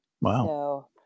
Wow